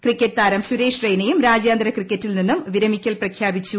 cricket താരം സുരേഷ് റെയ്നയും രാജ്യാന്തര ക്രിക്കറ്റിൽ നിന്നും വിരമിക്കൽ പ്രഖ്യാപിച്ചു